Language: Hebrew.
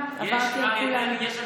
דרעי, ממש יש בהסכם.